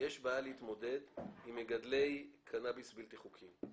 יש בעיה להתמודד עם מגדלי קנאביס בלתי חוקיים.